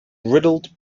riddled